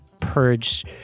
purge